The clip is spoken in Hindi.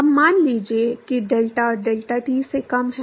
अब मान लीजिए कि डेल्टा डेल्टा टी से कम है